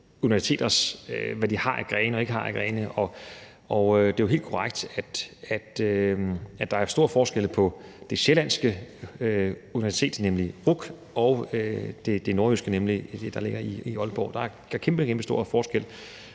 universiteter har eller ikke har af grene. Det er jo helt korrekt, at der er stor forskel på det sjællandske universitet, nemlig RUC, og det nordjyske, som ligger i Aalborg. Der er kæmpestor forskel,